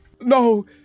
No